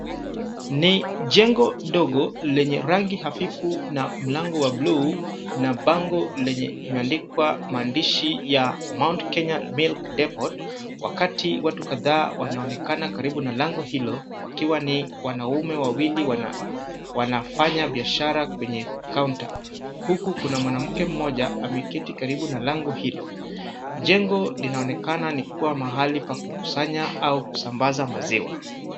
Ni jengo dogo lenye rangi hafifu na mlango wa blue na bango lenye limeandikwa maandishi ya Mt Kenya milk depot , wakati watu kadhaa wanaonekana karibu na lango hilo wakiwa ni wanaume wawili wanafanya biashara kwenye kaunta, huku kuna mwanamke mmoja ameketi karibu na lango hilo. Jengo linaonekana likiwa mahali pa kukusanya au kusambaza maziwa.